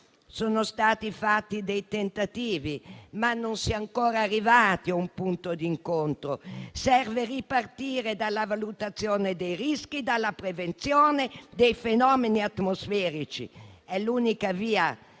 Sono stati fatti dei tentativi, ma non si è ancora arrivati a un punto di incontro. Serve ripartire dalla valutazione dei rischi e dalla prevenzione dei fenomeni atmosferici: è l'unica via